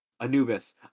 Anubis